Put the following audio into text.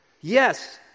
yes